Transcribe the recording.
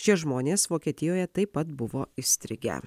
šie žmonės vokietijoje taip pat buvo įstrigę